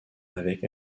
avec